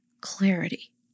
clarity